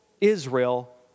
Israel